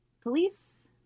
police